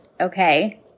Okay